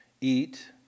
eat